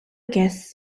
guests